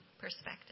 perspective